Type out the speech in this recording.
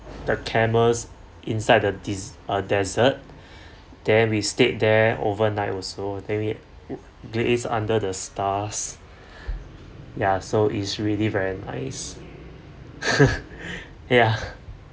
the camels inside the de~ a desert then we stayed there overnight also then we graze under the stars ya so it's really very nice ya